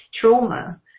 trauma